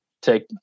take